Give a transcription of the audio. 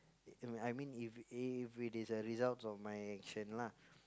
If I mean if if it is a result of my action lah